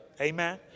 Amen